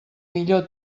millor